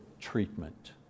treatment